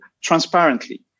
transparently